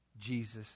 Jesus